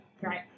Right